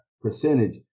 percentage